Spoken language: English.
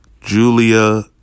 Julia